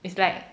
it's like